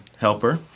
helper